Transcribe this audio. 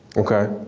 okay.